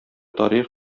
тарих